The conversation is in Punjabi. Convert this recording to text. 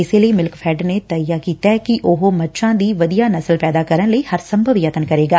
ਇਸੇ ਲਈ ਮਿਲਕਫੈਡ ਨੇ ਤੱਹਈਆ ਕੀਤੈ ਕਿ ਉਹ ਮੱਝਾ ਦੀ ਵਧੀਆ ਨਸਲ ਪੈਦਾ ਕਰਨ ਲਈ ਹਰ ਸੰਭਵ ਯਤਨ ਕਰੇਗਾ